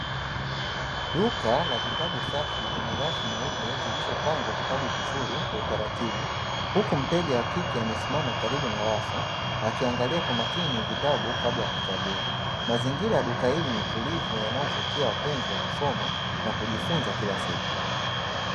Duka la vitabu safi vyenye rangi nyeupe zilizopangwa vitabu vizuri kwa utaratibu huku mteja wa kike amesimama karibu na halafu, akiangalia kwa makini vitabu kabla ya kuchagua mazingira ya duka hili ni tulivyo yanayovutia wapenzi wa kusoma na kujifunza kila siku.